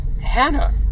Hannah